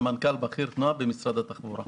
סמנכ"ל בכיר מינהל תנועה במשרד התחבורה.